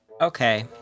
Okay